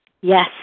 Yes